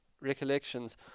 recollections